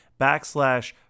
backslash